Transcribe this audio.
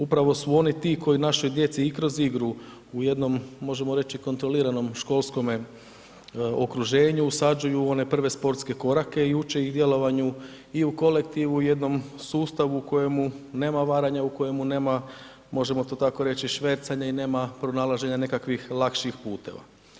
Upravo su oni ti koji našoj djeci i kroz igru u jednom možemo reći kontroliranom školskome okruženju usađuju one prve sportske korake i uče ih djelovanju i u kolektivu jednom sustavu u kojemu nema varanja, u kojemu nema možemo to tako reći švercanja i nema pronalaženja nekakvih lakših puteva.